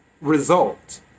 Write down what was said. result